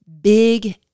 big